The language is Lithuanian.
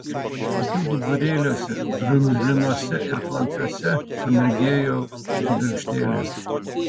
akių duburėliuose drumzlinuose ir klampiuose sumirgėjo kibirkštėlė